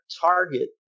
target